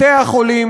בתי-החולים,